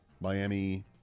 Miami